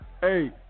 Hey